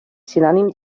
sinònim